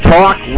Talk